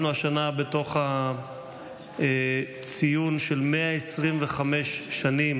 אנחנו השנה בתוך ציון של 125 שנים